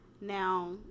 Now